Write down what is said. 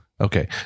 Okay